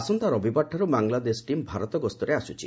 ଆସନ୍ତା ରବିବାରଠାରୁ ବାଂଲାଦେଶ ଟିମ୍ ଭାରତ ଗସ୍ତରେ ଆସୁଛି